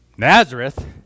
Nazareth